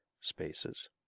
spaces